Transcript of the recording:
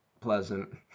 pleasant